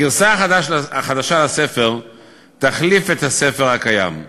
הגרסה החדשה של הספר תחליף את הספר הקיים.